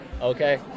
Okay